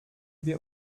wir